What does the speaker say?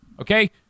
Okay